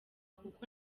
kuko